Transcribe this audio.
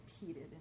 repeated